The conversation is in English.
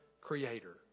Creator